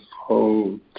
hold